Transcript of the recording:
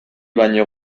baino